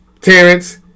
Terrence